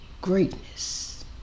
greatness